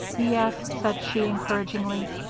yes, said she, encouragingly,